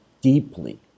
deeply